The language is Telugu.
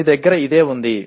మీ దగ్గర ఇదే ఉంది